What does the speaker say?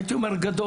הייתי אומר גדול,